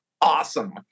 awesome